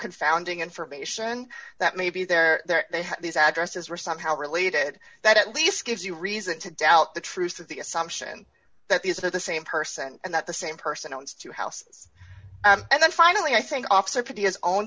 confounding information that maybe they're there they have these addresses were somehow related that at least gives you reason to doubt the truth of the assumption that these are the same person and that the same person owns two houses and then finally i think officer pretty his own